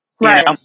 Right